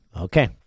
Okay